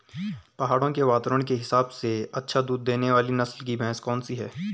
पहाड़ों के वातावरण के हिसाब से अच्छा दूध देने वाली नस्ल की भैंस कौन सी हैं?